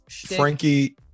frankie